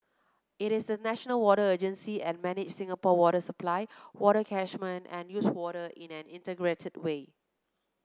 it is the national water agency and manages Singapore water supply water catchment and used water in an integrated way